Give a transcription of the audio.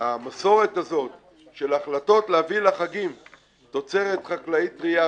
המסורת הזאת של החלטות להביא לחגים תוצרת חקלאית טרייה,